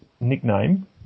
nickname